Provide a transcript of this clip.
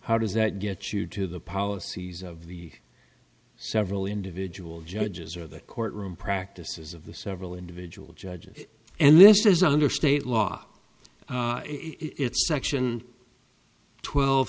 how does that get you to the policies of the several individual judges or the court room practices of the several individual judges and this is under state law it's section twelve